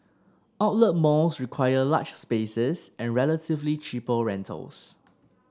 outlet malls require large spaces and relatively cheaper rentals